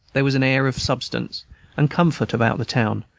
there was an air of substance and comfort about the town,